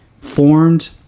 formed